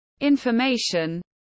information